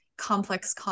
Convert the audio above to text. Complex